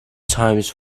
times